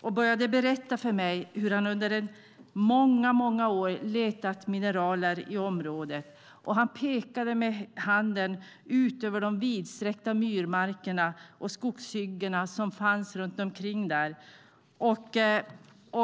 och började berätta för mig hur han under många år hade letat mineraler i området. Han pekade med handen ut över de vidsträckta myrmarker och skogshyggen som fanns runt omkring.